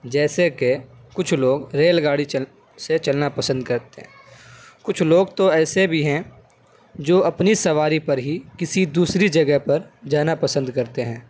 جیسے کہ کچھ لوگ ریل گاڑی چل سے چلنا پسند کرتے کچھ لوگ تو ایسے بھی ہیں جو اپنی سواری پر ہی کسی دوسری جگہ پر جانا پسند کرتے ہیں